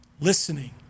listening